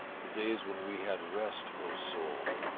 the days when we had rest, o soul,